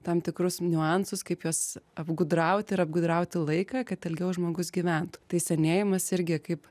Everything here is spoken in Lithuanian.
tam tikrus niuansus kaip juos apgudrauti ir apgudrauti laiką kad ilgiau žmogus gyventų tai senėjimas irgi kaip